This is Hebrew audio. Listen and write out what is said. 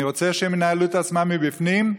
אני רוצה שהם ינהלו את עצמם מבפנים.